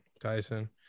Tyson